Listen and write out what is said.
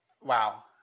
Wow